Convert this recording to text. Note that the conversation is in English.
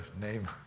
name